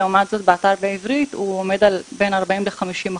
לעומת זאת באתר בעברית הוא עומד על בין 40% ל-50%.